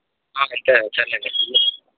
అంతే సర్లేండి